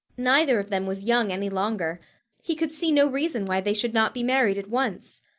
neither of them was young any longer he could see no reason why they should not be married at once.